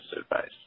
advice